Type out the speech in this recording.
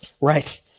Right